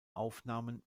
aufnahmen